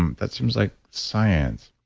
um that seems like science.